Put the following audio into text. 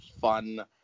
fun